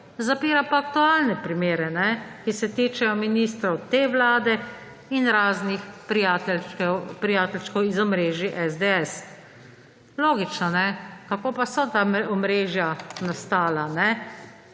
zapira pa aktualne primere, ki se tičejo ministrov te vlade in raznih prijateljčkov iz omrežij SDS. Logično, ne? Kako pa so ta omrežja nastala?